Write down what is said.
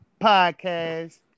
Podcast